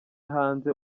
hanze